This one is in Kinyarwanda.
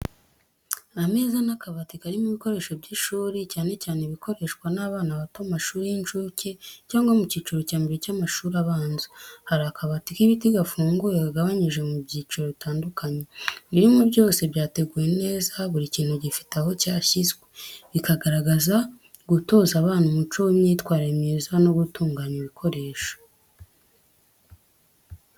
Ameza n’akabati karimo ibikoresho by’ishuri, cyane cyane ibikoreshwa n’abana bato mu mashuri y’inshuke cyangwa mu cyiciro cya mbere cy’amashuri abanza. Hari akabati k’ibiti gafunguye kagabanyije mu byiciro bitandukanye. Ibirimo byose byateguwe neza buri kintu gifite aho cyashyizwe, bikagaragaza gutoza abana umuco w’imyitwarire myiza no gutunganya ibikoresho.